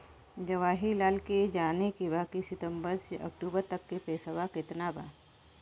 जवाहिर लाल के जाने के बा की सितंबर से अक्टूबर तक के पेसवा कितना बा?